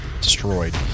destroyed